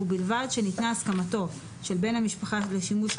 ובלבד שניתנה הסכמתו של בן המשפחה לשימוש כאמור,